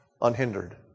unhindered